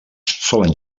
solen